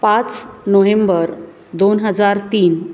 पाच नोहेंबर दोन हजार तीन